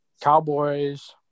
Cowboys